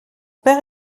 père